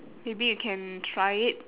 maybe you can try it